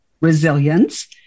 resilience